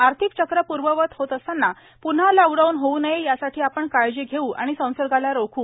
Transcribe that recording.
अर्थिक चक्र पूर्ववत होत असताना प्न्हा लॉकडाऊन होऊ नये यासाठी आपण काळजी घेवू आणि संसर्गाला रोखू